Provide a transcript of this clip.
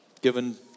given